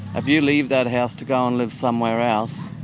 ah you leave that house to go and live somewhere else,